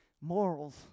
Morals